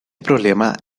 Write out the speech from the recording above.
problema